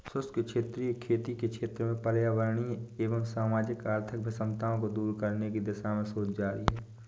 शुष्क क्षेत्रीय खेती के क्षेत्र में पर्यावरणीय एवं सामाजिक आर्थिक विषमताओं को दूर करने की दिशा में शोध जारी है